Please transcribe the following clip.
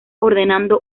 ordenando